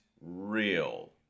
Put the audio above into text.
real